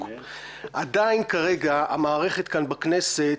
כרגע המערכת כאן, בכנסת,